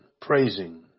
praising